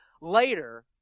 later